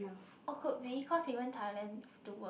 oh could be cause he went Thailand to work